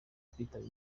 kwitaba